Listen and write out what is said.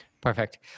Perfect